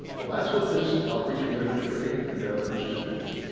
well that's what this outreach ministry endeavors to do?